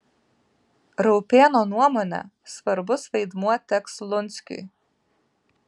raupėno nuomone svarbus vaidmuo teks lunskiui